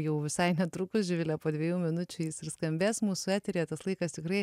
jau visai netrukus živile po dviejų minučių jis ir skambės mūsų eteryje tas laikas tikrai